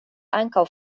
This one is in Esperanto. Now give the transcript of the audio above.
ankaŭ